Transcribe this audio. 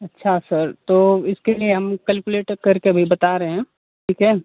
अच्छा सर तो इसके लिए हम कैलकुलेट करके अभी बता रहे हैं ठीक है